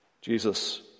Jesus